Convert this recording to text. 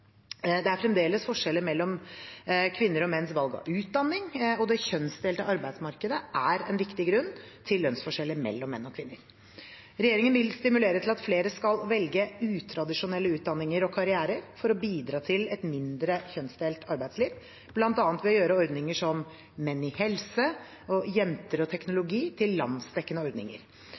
Det er fremdeles forskjeller mellom kvinners og menns valg av utdanning, og det kjønnsdelte arbeidsmarkedet er en viktig grunn til lønnsforskjeller mellom menn og kvinner. Regjeringen vil stimulere til at flere skal velge utradisjonelle utdanninger og karrierer for å bidra til et mindre kjønnsdelt arbeidsliv, bl.a. ved å gjøre ordninger som «Menn i helse» og «Jenter og teknologi» til landsdekkende ordninger.